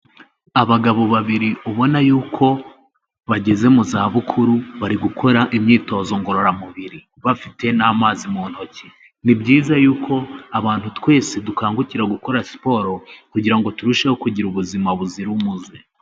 Abagabo babiri ubona yuko bageze mu za bukuru, bari gukora imyitozo ngororamubiri bafite n'amazi mu ntoki, ni byiza yuko abantu twese dukangukira gukora siporo kugira ngo turusheho kugira ubuzima buzira umuze.